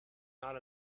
not